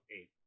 eight